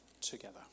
together